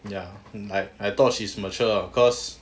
ya like I thought she's mature cause